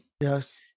yes